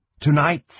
Tonight